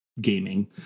gaming